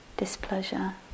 displeasure